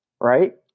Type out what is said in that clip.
Right